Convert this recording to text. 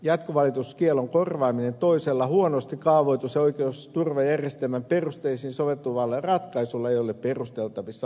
jatkovalituskiellon korvaaminen toisella huonosti kaavoitus ja oikeusturvajärjestelmän perusteisiin soveltuvalla ratkaisulla ei ole perusteltavissa